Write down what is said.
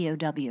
POW